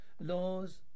Laws